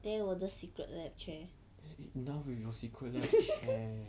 enough with your Secret Lab chair